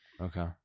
okay